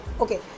okay